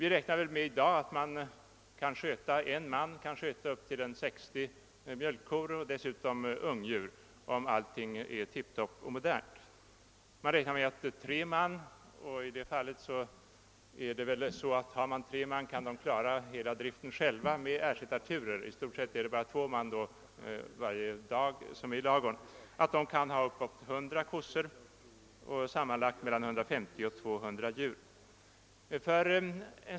I dag kan en man sköta upp till 60 mjölkkor och dessutom ungdjur om allting är modernt. Tre man kan klara hela driften själva med ersättarturer — i stort sett är det alltså bara två man som är i ladugården varje dag — om det gäller omkring 100 kor och sammanlagt 150—200 djur.